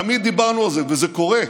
תמיד דיברנו על זה, וזה קורה.